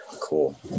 Cool